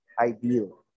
ideal